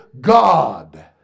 God